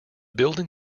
building